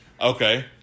Okay